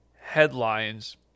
headlines